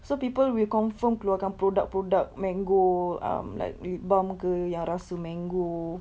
so people will confirm keluarkan product product mango um like lip balm ke yang rasa mango